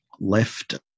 left